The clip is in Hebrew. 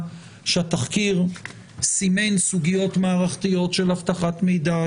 שהתחקיר סימן סוגיות מערכתיות של אבטחת מידע,